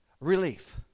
relief